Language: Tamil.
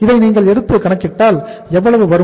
இதை நீங்கள் எடுத்து கணக்கிட்டால் எவ்வளவு வரும்